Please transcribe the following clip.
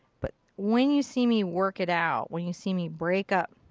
but when you see me work it out, when you see me break up,